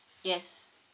yes